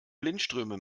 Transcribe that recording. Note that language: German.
blindströme